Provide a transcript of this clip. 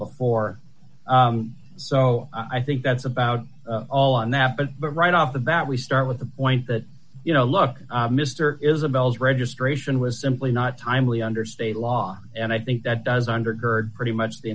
before so i think that's about all on that but right off the bat we start with the point that you know look mister isabelle's registration was simply not timely under state law and i think that does undergird pretty much the